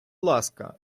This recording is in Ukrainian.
ласка